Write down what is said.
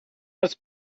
was